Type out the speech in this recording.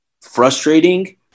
frustrating